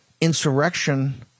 insurrection